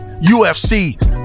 UFC